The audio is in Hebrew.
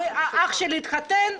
אח שלי התחתן,